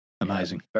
Amazing